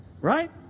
right